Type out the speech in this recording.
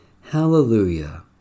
Hallelujah